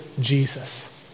Jesus